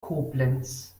koblenz